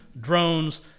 drones